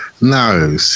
no